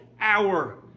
hour